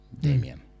Damien